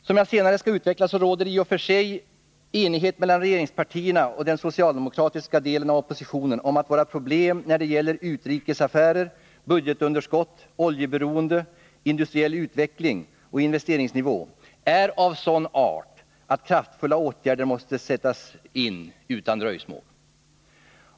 Som jag senare skall utveckla, råder det i och för sig enighet mellan regeringspartierna och den socialdemokratiska delen av oppositionen om att våra problem när det gäller utrikesaffärer, budgetunderskott, oljeberoende, industriell utveckling och investeringsnivå är av sådan art att kraftfulla åtgärder måste sättas in utan dröjsmål.